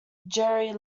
jerry